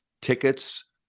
tickets